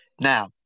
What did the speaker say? Now